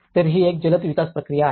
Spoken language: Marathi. तर ही एक जलद विकास प्रक्रिया आहे